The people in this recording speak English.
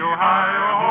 Ohio